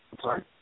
sorry